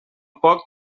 poc